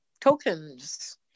tokens